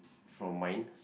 from mine